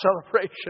celebration